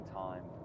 time